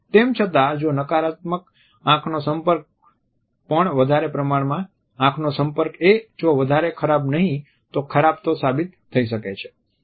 તેમ છતાં જો નકારાત્મક આંખ નો સંપર્ક પણ વધારે પ્રમાણમાં આંખનો સંપર્કએ જો વધારે ખરાબ નહિ તો ખરાબ તો સાબિત થઈ શકે છે